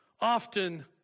often